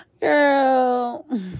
girl